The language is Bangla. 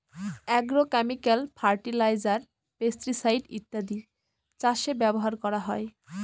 আগ্রোক্যামিকাল ফার্টিলাইজার, পেস্টিসাইড ইত্যাদি চাষে ব্যবহার করা হয়